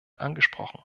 angesprochen